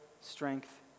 strength